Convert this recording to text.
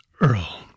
Earl